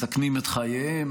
מסכנים את חייהם,